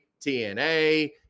TNA